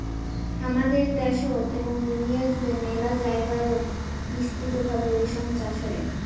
হামাদের দ্যাশোত এবং দুনিয়া জুড়ে মেলা জায়গায়ত বিস্তৃত ভাবে রেশম চাষ হই